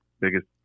biggest